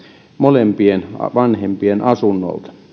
molempien vanhempien asunnolta